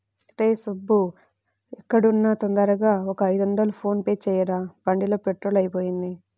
రేయ్ సుబ్బూ ఎక్కడున్నా తొందరగా ఒక ఐదొందలు ఫోన్ పే చెయ్యరా, బండిలో పెట్రోలు అయిపొయింది